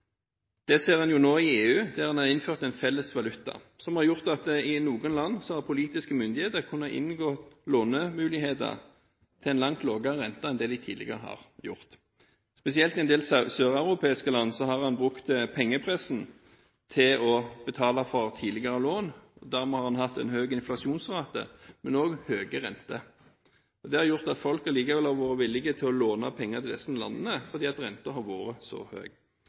feil, ser en nå i EU, der en har innført en felles valuta, som har gjort at politiske myndigheter i noen land har kunnet få låne til en langt lavere rente enn det de tidligere har fått. Spesielt i en del søreuropeiske land har en brukt pengepressen til å betale for tidligere lån. Dermed har en hatt en høy inflasjonsrate, men også høye renter. Fordi renten har vært så høy, har folk vært villige til å låne penger til disse landene,